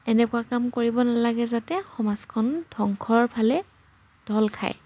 এনেকুৱা কাম কৰিব নালাগে যাতে সমাজখন ধ্ৱংসৰ ফালে ঢাল খায়